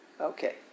Okay